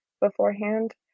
beforehand